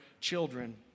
children